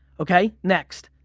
okay? next,